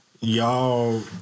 y'all